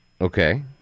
Okay